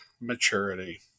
maturity